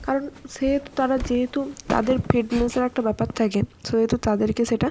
কারণ সেহেতু তারা যেহেতু তাদের ফিটনেসের একটা ব্যাপার থাকে সেহেতু তাদেরকে সেটা